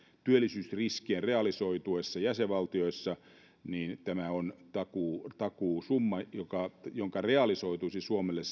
työllisyysriskien realisoituessa jäsenvaltioissa tämä on takuusumma joka realisoituisi suomelle